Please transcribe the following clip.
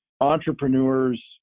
entrepreneurs